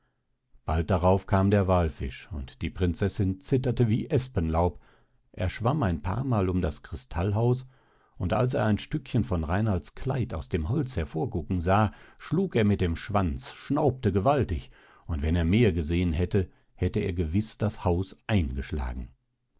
bald darauf kam der wallfisch und die prinzessin zitterte wie espenlaub er schwamm ein paarmal um das kristallhaus und als er ein stückchen von reinalds kleid aus dem holz hervorgucken sah schlug er mit dem schwanz schnaubte gewaltig und wenn er mehr gesehen hätte er gewiß das haus eingeschlagen